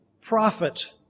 prophet